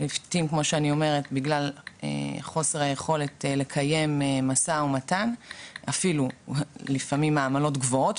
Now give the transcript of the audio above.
ולעיתים בגלל חוסר היכולת לקיים משא ומתן לפעמים אפילו העמלות גבוהות